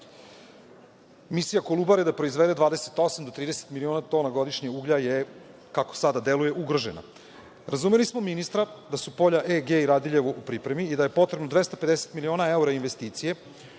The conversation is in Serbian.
Misija Kolubare da proizvede 28 do 30 miliona tona godišnje uglja je, kako sada deluje, ugrožena. Razumeli smo ministra da su polja E, G i Radiljevo u pripremi i da je potrebno 250 miliona evra investicije